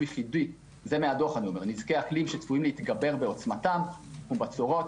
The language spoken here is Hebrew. ייחודי זה מהדוח נזקי אקלים שצפויים להתגבר בעוצמתם כמו בצורות,